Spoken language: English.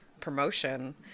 promotion